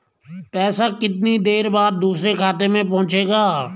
पैसे कितनी देर बाद दूसरे खाते में पहुंचेंगे?